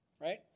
right